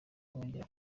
bongeye